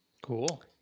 Cool